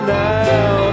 now